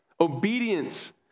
Obedience